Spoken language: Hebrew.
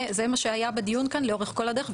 זה מה שהיה בדיון כאן לאורך כל הדרך,